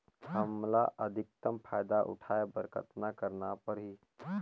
हमला अधिकतम फायदा उठाय बर कतना करना परही?